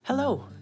Hello